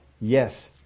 yes